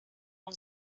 aún